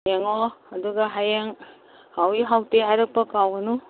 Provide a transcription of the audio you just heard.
ꯌꯦꯡꯉꯣ ꯑꯗꯨꯒ ꯍꯌꯦꯡ ꯍꯥꯎꯋꯤ ꯍꯥꯎꯇꯦ ꯍꯥꯏꯔꯛꯄ ꯀꯥꯎꯒꯅꯨ